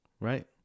Right